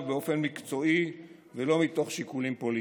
באופן מקצועי ולא מתוך שיקולים פוליטיים.